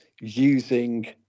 using